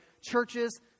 churches